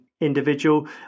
individual